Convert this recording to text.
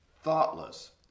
thoughtless